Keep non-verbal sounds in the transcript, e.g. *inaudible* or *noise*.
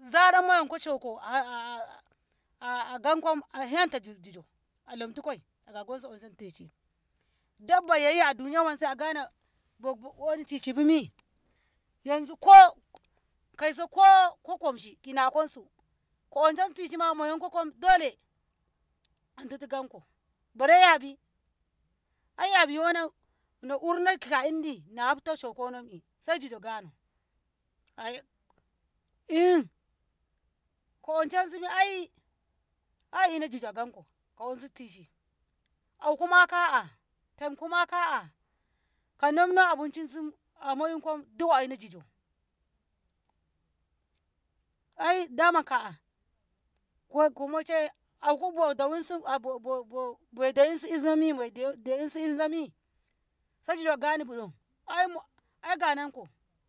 zara moyanko shoko *hesitation* agamko a hentatu ki jijo a lamtu koi na gonni ansheni tishe dabba yoyiya a duniya wanse agana bobu ko oni teshe bumi yanzu ko- kauso ko komshi ki nakonsu konsu tishe moyonko koi dole a ditu gamko bare yabi ai yabi ona- na urno aka indi na hafta shokonombi sai jijo gana ai in ko anshesu ma ai a ina jijo akanko ko ansu tishe uku kuma ka'a ko mamno abincinsu a moyinko ai a ina jijo ai dama ka'a ko- komoishe ankubo dawinsu bo- bo- bo de'insu de'insu insomi sai jijo aganabu do? ai ganonko.